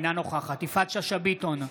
אינה נוכחת יפעת שאשא ביטון,